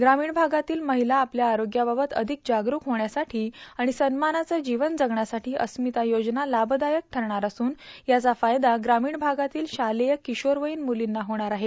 ग्रामीण भागातील महिला आपल्या आरोग्याबाबत अधिक जागरूक होण्यासाठी आणि सन्मानाचं जीवन जगण्यासाठी अस्मिता योजना लाभदायक ठरणार असून याचा फायदा ग्रामीण भागातील शालेय किशोरवयीन मुलींना होणार आहे